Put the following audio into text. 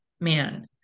man